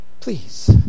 Please